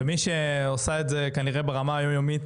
ומי שעושה את זה כנראה ברמה היומיומית